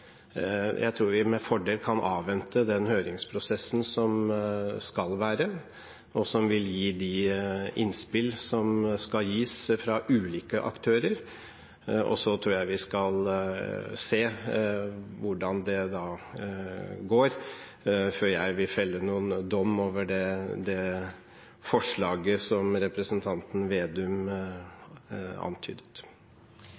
Jeg tror vi med fordel kan avvente den høringsprosessen som skal være, og som vil gi de innspill som skal gis fra ulike aktører. Jeg tror vi skal se hvordan det da går, før jeg vil felle noen dom over det forslaget som representanten Slagsvold Vedum antydet.